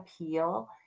appeal